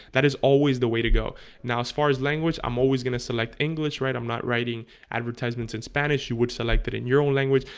that is always the way to go now as far as language. i'm always gonna select english right. i'm not writing advertisements in spanish you would select it in your own language,